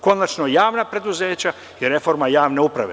Konačno, javna preduzeća i reforma javne uprave.